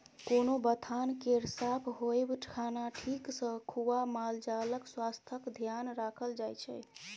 कोनो बथान केर साफ होएब, खाना ठीक सँ खुआ मालजालक स्वास्थ्यक धेआन राखल जाइ छै